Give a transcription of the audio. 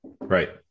Right